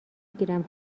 گیرم